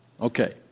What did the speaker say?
Okay